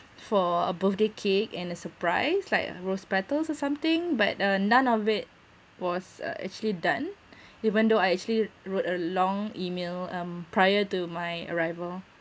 for a birthday cake and a surprise like rose petals or something but uh none of it was uh actually done even though I actually wrote a long email um prior to my arrival